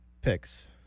picks